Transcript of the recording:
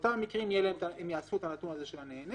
באותם מקרים הם יאספו את הנתון הזה של הנהנה